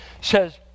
says